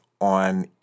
on